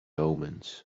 omens